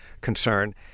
concern